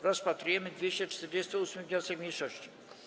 Rozpatrujemy 248. wniosek mniejszości.